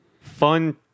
fun